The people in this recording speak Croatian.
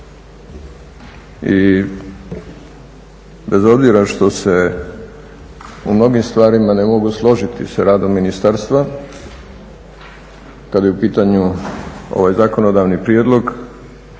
I bez obzira što se u mnogim stvarima ne mogu složiti sa radom ministarstva kad je u pitanju ovaj zakonodavni prijedlog,